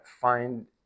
find